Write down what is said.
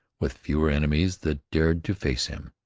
with fewer enemies that dared to face him.